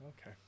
Okay